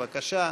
בבקשה,